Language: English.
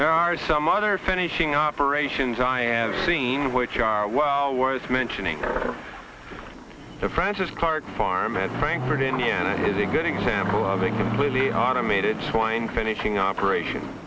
there are some other finishing operations i am seen which are well worth mentioning the francis cart farm at frankfort indiana is a good example of a completely automated swine finishing operation